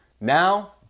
Now